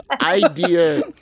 idea